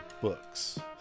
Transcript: books